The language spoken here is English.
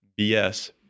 BS